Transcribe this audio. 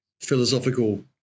philosophical